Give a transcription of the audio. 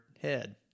head